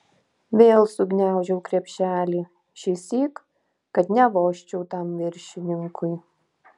vėl sugniaužiau krepšelį šįsyk kad nevožčiau tam viršininkui